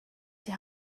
die